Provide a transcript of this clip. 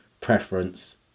preference